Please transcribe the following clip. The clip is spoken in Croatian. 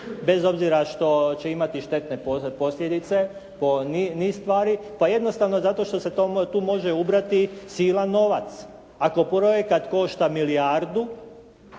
bez obzira što će imati štetne posljedice po niz stvari? Pa jednostavno zato što se to, tu može ubrati silan novac. Ako projekat košta milijardu.